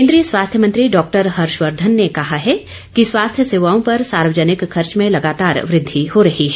केन्द्रीय स्वास्थ्य मंत्री डॉक्टर हर्षवर्धन ने कहा है कि स्वास्थ्य सेवाओं पर सार्वजनिक खर्च में लगातार वृद्धि हो रही है